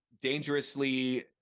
dangerously